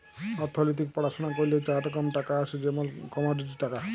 অথ্থলিতিক পড়াশুলা ক্যইরলে চার রকম টাকা আছে যেমল কমডিটি টাকা